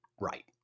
right